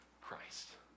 Christ